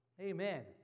Amen